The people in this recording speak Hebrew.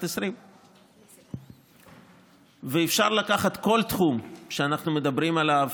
2020. ואפשר לקחת כל תחום שאנחנו מדברים עליו,